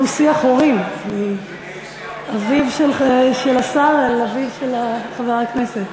יש היום שיח הורים: אביו של השר אל אביו של חבר הכנסת,